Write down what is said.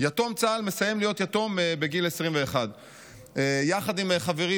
יתום צה"ל מסיים להיות יתום בגיל 21. יחד עם חברי